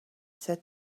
said